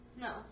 No